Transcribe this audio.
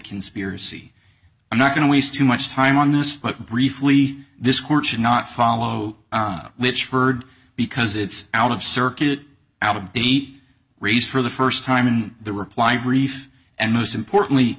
conspiracy i'm not going to waste too much time on this but briefly this court should not follow which verd because it's out of circuit out of date raised for the st time in the reply brief and most importantly